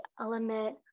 element